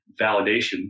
validation